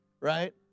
right